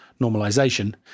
normalization